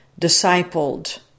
discipled